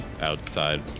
outside